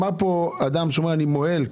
היה פה אדם שאמר: אני מוהל,